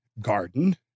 garden